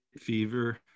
Fever